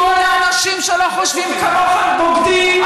לקרוא לאנשים שלא חושבים כמוכם בוגדים,